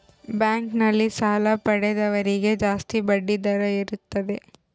bank ನಲ್ಲಿ ಸಾಲ ಪಡೆದವರಿಗೆ ಜಾಸ್ತಿ ಬಡ್ಡಿ ದರ ಇರುತ್ತದೆ